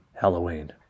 halloween